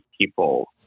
people